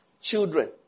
children